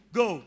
go